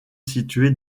située